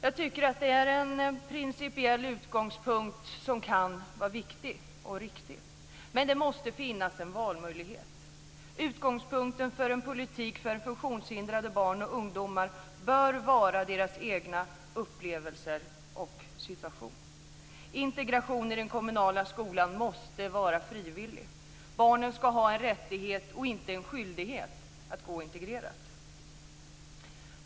Jag tycker att det är en principiell utgångspunkt som kan vara viktig och riktig. Men det måste finnas en valmöjlighet. Utgångspunkten för en politik för funktionshindrade barn och ungdomar bör vara deras egna upplevelser och situation. Integration i den kommunala skolan måste vara frivillig. Barnen ska ha en rättighet och inte en skyldighet att gå integrerat.